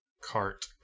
cart